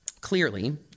Clearly